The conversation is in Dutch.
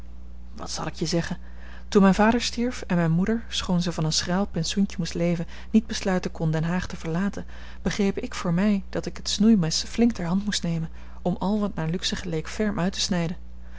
wat zal ik je zeggen toen mijn vader stierf en mijne moeder schoon ze van een schraal pensioentje moest leven niet besluiten kon den haag te verlaten begreep ik voor mij dat ik het snoeimes flink ter hand moest nemen om al wat naar luxe geleek ferm uit te snijden